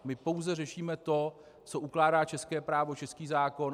My pouze řešíme to, co ukládá české právo, český zákon.